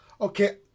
Okay